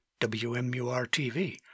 WMUR-TV